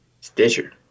Stitcher